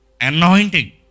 anointing